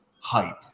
hype